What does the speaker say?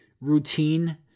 routine